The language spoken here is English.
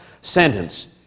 sentence